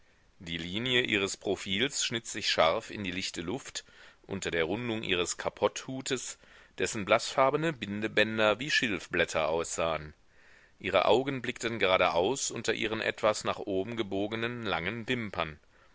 die linie ihres profils schnitt sich scharf in die lichte luft unter der rundung ihres kapotthutes dessen blaßfarbene bindebänder wie schilfblätter aussahen ihre augen blickten geradeaus unter ihren etwas nach oben gebogenen langen wimpern